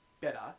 better